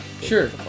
Sure